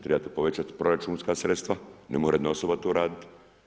Trebate povećati proračunska sredstva, ne more jedna osoba to raditi.